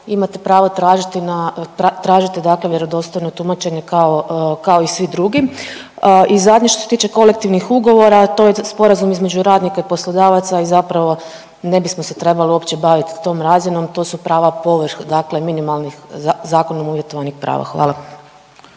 imate pravo tražiti, dakle vjerodostojno tumačenje kao i svi drugi. I zadnje što se tiče kolektivnih ugovora a to je sporazum između radnika i poslodavaca i zapravo ne bismo se trebali uopće baviti tom razinom. To su prava povrh, dakle minimalnih, zakonom uvjetovanih prava. Hvala.